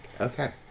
Okay